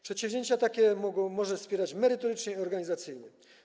Przedsięwzięcia takie może wspierać merytorycznie i organizacyjnie.